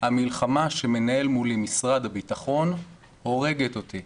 המלחמה שמנהל מולי משרד הביטחון הורגת אותי'.